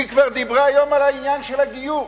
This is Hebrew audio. היא כבר דיברה היום על העניין של הגיור,